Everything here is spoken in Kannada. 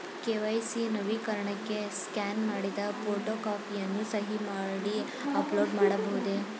ಕೆ.ವೈ.ಸಿ ನವೀಕರಣಕ್ಕೆ ಸ್ಕ್ಯಾನ್ ಮಾಡಿದ ಫೋಟೋ ಕಾಪಿಯನ್ನು ಸಹಿ ಮಾಡಿ ಅಪ್ಲೋಡ್ ಮಾಡಬಹುದೇ?